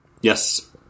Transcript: Yes